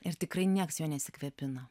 ir tikrai nieks juo nesikvėpina